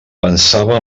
pensava